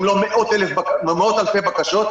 אם לא עם מאות אלפי בקשות,